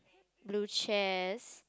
blue chairs